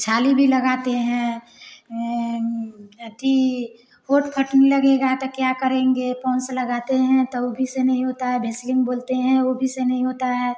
छाली भी लगाते हैं एथी होंठ फटने लगेगा तो क्या करेंगे पॉन्स लगाते हैं तो वो भी से नहीं होता है भेस्लीन बोलते हैं वो भी नहीं होता है